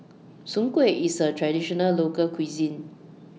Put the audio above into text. Soon Kway IS A Traditional Local Cuisine